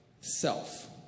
self